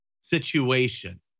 situation